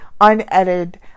unedited